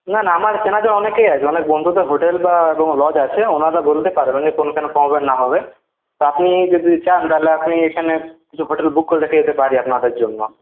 না না আমার চেনাজানা অনেকেই আছে অনেক বন্ধুদের হোটেল বা কোন লজ আছে ওনারা বলতে পারবেন কোনখানে হবে না হবে তা আপনি যদি চান তাহলে আপনি এখানে কিছু হোটেল বুক করে রেখে দিতে পারি আপনাদের জন্য